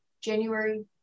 January